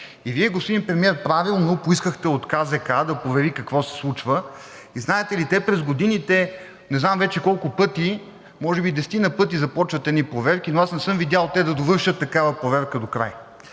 и Вие, господин Премиер, правилно поискахте от КЗК да провери какво се случва. И знаете ли, през годините – не знам вече колко пъти, може би десетина пъти те започват едни проверки, но аз не съм видял да довършат такава проверка докрай.